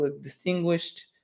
distinguished